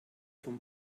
vom